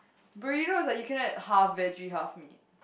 burrito is like you can add half veggie half meat